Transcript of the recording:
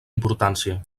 importància